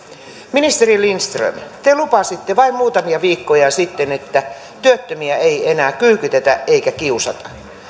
ministeri lindström te lupasitte vain muutamia viikkoja sitten että työttömiä ei enää kyykytetä eikä kiusata